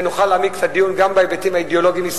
ונוכל להעמיק את הדיון גם בהיבטים האידיאולוגיים-היסטוריים,